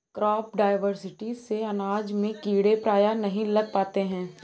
crop diversity से अनाज में कीड़े प्रायः नहीं लग पाते हैं